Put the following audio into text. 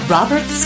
Robert